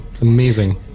amazing